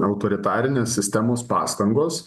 autoritarinės sistemos pastangos